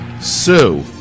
Sue